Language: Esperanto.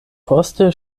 poste